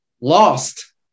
Lost